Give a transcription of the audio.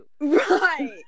right